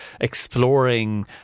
exploring